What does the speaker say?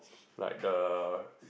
like the